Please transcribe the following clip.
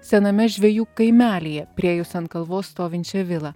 sename žvejų kaimelyje priėjus ant kalvos stovinčią vilą